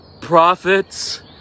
prophets